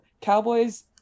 Cowboys